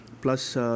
plus